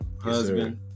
husband